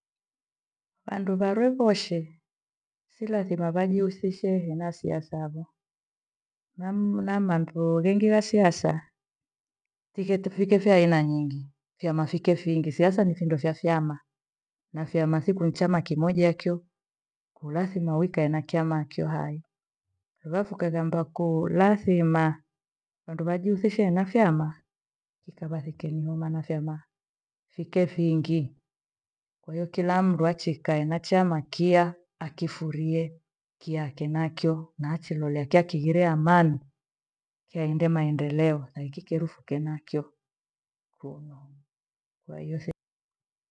Vandu varoho ivoshe silasima vyajiusishe hena siasa havo. Naam nando mambo ghenge la siasa tiketufike vya aina nyingi vyamafike fingi. Siasa ni findo fya fyama na fyama siku ni chama kimoja cho kulathime ukae na kyama hiko hai. Luhava fukaghamba ku lathima vandu vajiusishe na vyama ikavathikeni ho mana fyama fike fingi kwa iyo kila mndu achikae ena chama kiya akifurie, kiya ake nacho na achilolea kiya kighire amani kyaende maendeleo na ichi fukenacho kuno kwahiyo.